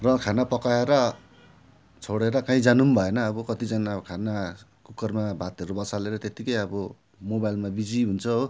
र खाना पकाएर छोडेर काहीँ जानु भएन अब कतिजना अब खाना कुकरमा भातहरू बसालेर त्यतिकै अब मोबाइलमा बिजी हुन्छ हो